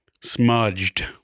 Smudged